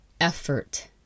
effort